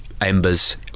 embers